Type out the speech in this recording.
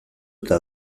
eta